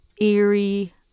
eerie